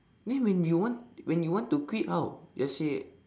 then when you want when you want to quit how just say